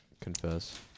Confess